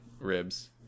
ribs